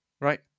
Right